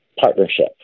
partnership